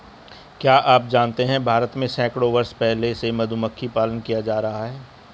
क्या आप जानते है भारत में सैकड़ों वर्ष पहले से मधुमक्खी पालन किया जाता रहा है?